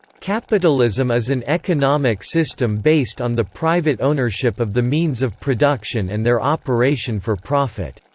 capitalism is an economic system based on the private ownership of the means of production and their operation for profit.